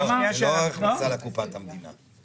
לא ההכנסה לקופת המדינה.